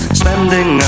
spending